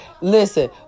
Listen